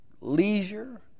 leisure